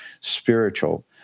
spiritual